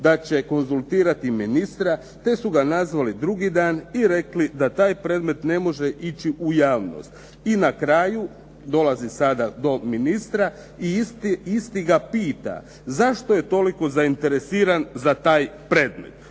da će konzultirati ministra, te su ga nazvali drugi dan i rekli da taj predmet ne može ići u javnost. I na kraju dolazi sada do ministra i isti ga pita zašto je toliko zainteresiran za taj predmet.